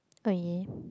oh yeah